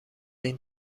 این